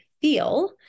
feel